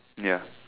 ya